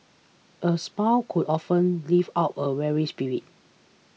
a smile could often lift out a weary spirit